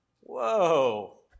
Whoa